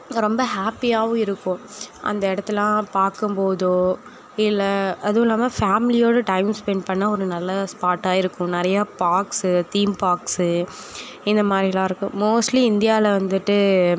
ரொம்ப ஹாப்பியாகவும் இருக்கும் அந்த இடத்தலாம் பார்க்கும்போதோ இல்லை அதுவும் இல்லாமல் ஃபேமிலியோடு டைம் ஸ்பென்ட் பண்ண ஒரு நல்ல ஸ்பாட்டாக இருக்கும் நிறையா பார்க்ஸ்ஸு தீம் பார்க்ஸ்ஸு இந்த மாதிரிலாம் இருக்கும் மோஸ்ட்லி இந்தியாவில் வந்துட்டு